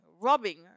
robbing